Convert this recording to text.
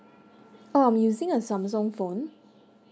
oh I'm using a samsung phone